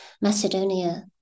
Macedonia